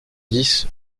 dix